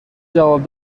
جواب